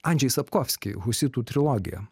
andžej sapkovski husitų trilogija